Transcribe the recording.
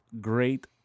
great